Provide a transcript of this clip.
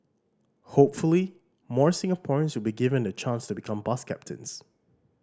hopefully more Singaporeans will be given the chance to become bus captains